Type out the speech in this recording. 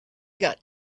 got